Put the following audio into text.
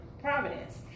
providence